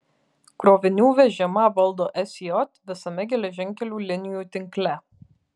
krovinių vežimą valdo sj visame geležinkelių linijų tinkle